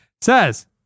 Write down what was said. Says